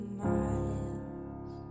miles